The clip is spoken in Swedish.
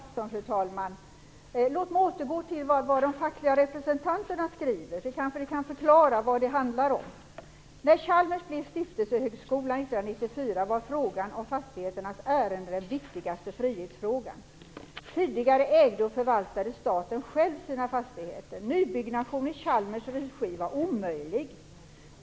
Fru talman! Sonia Karlsson säger att det inte är några problem. Låt mig återgå till vad de fackliga representanterna skriver. Det kan kanske förklara vad det handlar om. När Chalmers blev stiftelsehögskola 1994 var frågan om fastigheternas ägande den viktigaste frihetsfrågan. Tidigare ägde och förvaltade staten själv sina fastigheter. Nybyggnation i Chalmers regi var omöjlig.